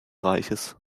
reiches